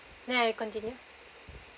ya ya continue